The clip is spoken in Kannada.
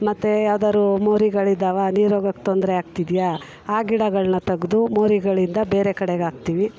ಮತ್ತೆ ಯಾವ್ದಾದ್ರು ಮೋರಿಗಳಿದ್ದಾವ ನೀರು ಹೋಗೋಕೆ ತೊಂದರೆ ಆಗ್ತಿದೆಯಾ ಆ ಗಿಡಳನ್ನ ತೆಗ್ದು ಮೋರಿಗಳಿಂದ ಬೇರೆ ಕಡೆಗೆ ಹಾಕ್ತೀವಿ